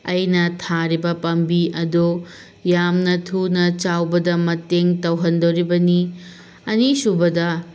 ꯑꯩꯅ ꯊꯥꯔꯤꯕ ꯄꯥꯝꯕꯤ ꯑꯗꯣ ꯌꯥꯝꯅ ꯊꯨꯅ ꯆꯥꯎꯕꯗ ꯃꯇꯦꯡ ꯇꯧꯍꯟꯗꯣꯔꯤꯕꯅꯤ ꯑꯅꯤꯁꯨꯕꯗ